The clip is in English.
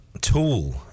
Tool